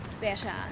better